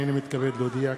הנני מתכבד להודיע,